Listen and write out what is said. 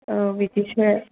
औ बिदिसो